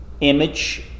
image